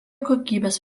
kokybės